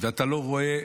ואתה לא רואה,